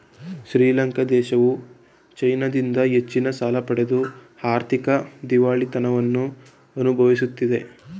ಶ್ರೀಲಂಕಾ ದೇಶವು ಚೈನಾದಿಂದ ಹೆಚ್ಚಿನ ಸಾಲ ಪಡೆದು ಆರ್ಥಿಕ ದಿವಾಳಿತನವನ್ನು ಅನುಭವಿಸುತ್ತಿದೆ